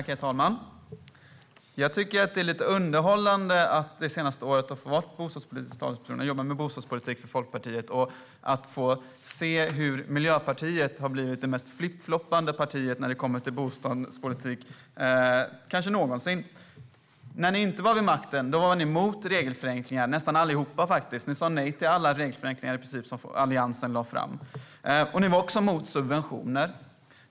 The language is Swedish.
Herr talman! Jag tycker att det är lite underhållande att under det senaste året ha fått vara bostadspolitisk talesperson och jobba med bostadspolitik för Folkpartiet och få se hur Miljöpartiet har blivit det kanske mest flippfloppande partiet någonsin när det kommer till bostadspolitik. När ni inte var vid makten var ni emot nästan alla regelförenklingar. Ni sa nej till i princip alla regelförenklingar som Alliansen lade fram. Ni var också emot subventioner.